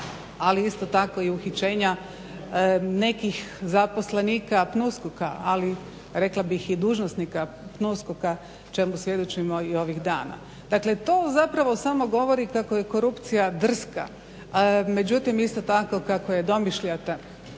Ali isto tako i uhićenja nekih zaposlenika PNUSKOK-a ali rekla bih i dužnosnika PNUSKOK-a čemu svjedočimo i ovih dana. Dakle to zapravo samo govori kako je korupcija drska međutim isto tako kako je domišljata